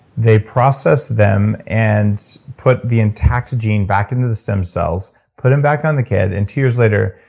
they processed them, and put the entactogen back into the stem cells, put them back on the kid. and two years later,